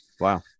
Wow